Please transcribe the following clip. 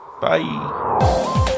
bye